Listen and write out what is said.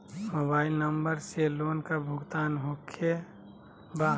Mobile number से loan का भुगतान होखे बा?